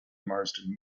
marsden